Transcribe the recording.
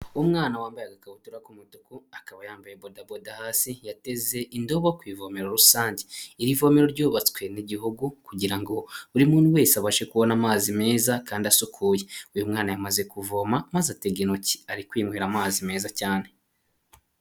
Umwana wambaye agakabutura k'umutuku, akaba yambaye bodaboda hasi yateze indobo ku ivomero rusange. Iri vomeo ryubatswe n'igihugu kugira ngo buri muntu wese abashe kubona amazi meza kandi asukuye. Uyu mwana yamaze kuvoma maze atega intoki ari kwinywera amazi meza cyane.